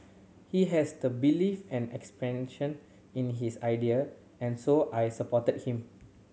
he has the belief and expansion in his idea and so I supported him